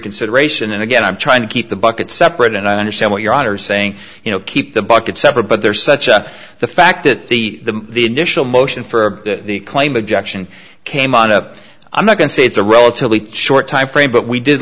reconsideration and again i'm trying to keep the bucket separate and i understand what your honor saying you know keep the bucket separate but they're such on the fact that the the initial motion for the claim objection came on up i'm not going to say it's a relatively short timeframe but we did